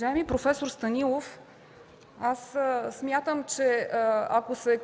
Уважаеми проф. Станилов, аз смятам, че ако се